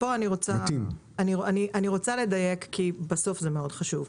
אני רוצה לדייק כי בסוף זה חשוב מאוד.